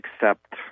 accept